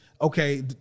okay